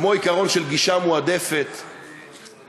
כמו העיקרון של גישה מועדפת לביקור,